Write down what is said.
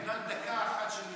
בגלל דקה אחת של איחור,